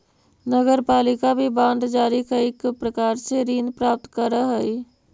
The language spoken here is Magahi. नगरपालिका भी बांड जारी कईक प्रकार से ऋण प्राप्त करऽ हई